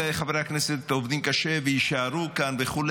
וחברי הכנסת עובדים קשה ויישארו כאן וכו'.